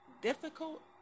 difficult